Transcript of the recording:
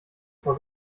vor